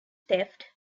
theft